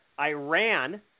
Iran